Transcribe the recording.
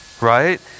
right